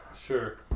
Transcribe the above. Sure